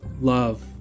love